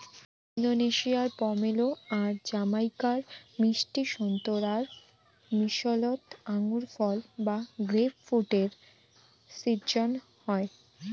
ইন্দোনেশিয়ার পমেলো আর জামাইকার মিষ্টি সোন্তোরার মিশোলোত আঙুরফল বা গ্রেপফ্রুটের শিজ্জন হই